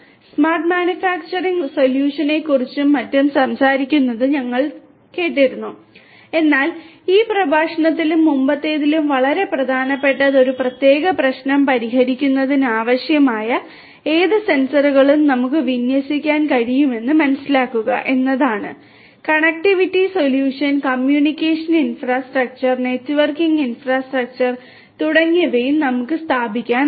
smart manufacturing സൊല്യൂഷനുകളെക്കുറിച്ചും തുടങ്ങിയവയും നമുക്ക് സ്ഥാപിക്കാനാകും